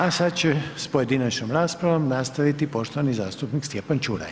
A sada će s pojedinačnom raspravom nastaviti poštovani zastupnik Stjepan Čuraj.